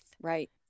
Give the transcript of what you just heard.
Right